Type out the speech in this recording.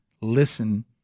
listen